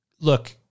look